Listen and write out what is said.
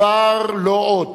כבר לא עוד.